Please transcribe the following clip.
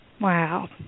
Wow